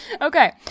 okay